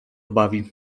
bawi